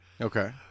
Okay